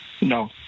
No